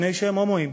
מפני שהם הומואים,